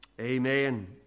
Amen